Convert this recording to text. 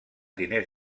diners